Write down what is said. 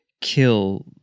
kill